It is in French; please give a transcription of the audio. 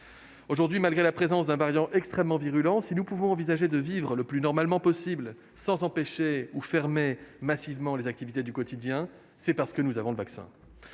Aujourd'hui, malgré la présence d'un variant extrêmement virulent, si nous pouvons envisager de vivre le plus normalement possible, sans empêcher ou fermer massivement les activités du quotidien, c'est parce que nous avons le vaccin.